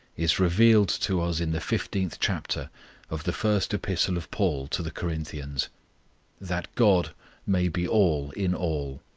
is revealed to us in the fifteenth chapter of the first epistle of paul to the corinthians that god may be all in all.